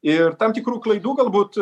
ir tam tikrų klaidų galbūt